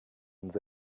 nous